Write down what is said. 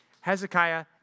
Hezekiah